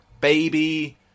baby